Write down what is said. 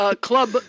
club